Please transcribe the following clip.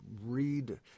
read